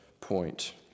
point